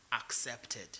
accepted